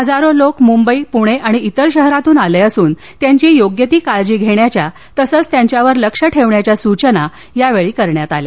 हजारो लोक मुंबई पुणे आणि इतर शहरातून आले असून त्यांची योग्य ती काळजी घेण्याच्या तसंच त्यांच्यावर लक्ष ठेवण्याच्या सूचना यावेळी करण्यात आल्या